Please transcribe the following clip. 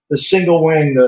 the single wing,